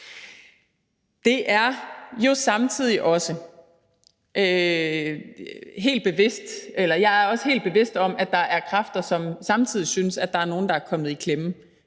på vores videregående uddannelser. Jeg er også helt bevidst om, at der er kræfter, som samtidig synes, at der er nogle, der er kommet i klemme